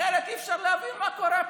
אחרת אי-אפשר להבין מה קורה פה.